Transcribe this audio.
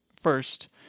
first